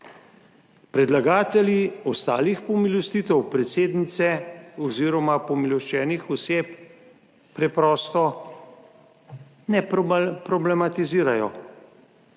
Predlagatelji ostalih pomilostitev predsednice oziroma pomiloščenih oseb preprosto ne problematizirajo.